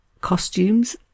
Costumes